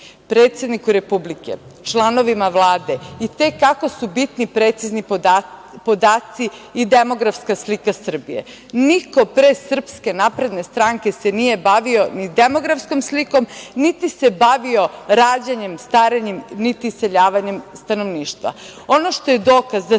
Predsedniku Republike, članovima Vlade i te kako su bitni precizni podaci i demografska slika Srbije. Niko pre SNS se nije bavio ni demografskom slikom, niti se bavio rađanjem, starenjem, niti iseljavanjem stanovništva. Ono što je dokaz da